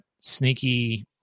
sneaky